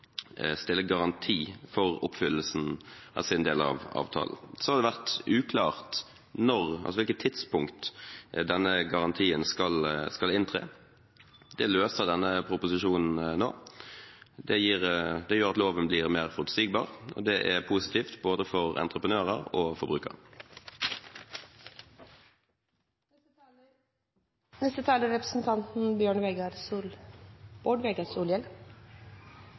stille garanti for oppfyllelsen av sin del av avtalen. Så har det vært uklart når, altså på hvilket tidspunkt, denne garantien skal inntre. Det løser denne proposisjonen nå. Det gjør at loven blir mer forutsigbar, og det er positivt både for entreprenører og forbrukere. SV kjem til å støtte forslaget slik det er